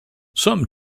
some